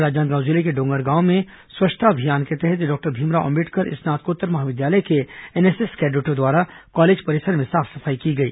और राजनांदगांव जिले के डोंगरगांव में स्वच्छता अभियान के तहत डॉक्टर भीमराव अंबेडकर स्नातकोत्तर महाविद्यालय के एनएसएस कैडेटों द्वारा कॉलेज परिसर में साफ सफाई की गई